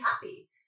happy